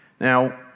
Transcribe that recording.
Now